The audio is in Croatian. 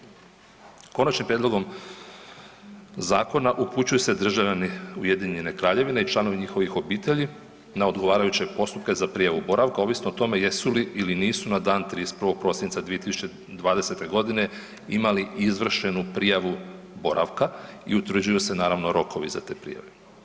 Konačnim prijedlogom zakona upućuju se državljani Ujedinjene Kraljevine i članovi njihovih obitelji na odgovarajuće postupke za prijavu boravka ovisno o tome jesu li ili nisu na dan 31. prosinca 2020.g. imali izvršenu prijavu boravka i utvrđuju se naravno rokovi za te prijave.